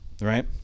right